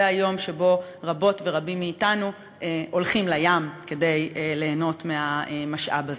זה היום שבו רבות ורבים מאתנו הולכים לים כדי ליהנות מהמשאב הזה.